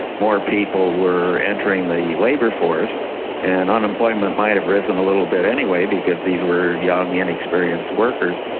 more people were entering the labour force and unemployment might have risen a little bit anyway, because these were young, inexperienced workers.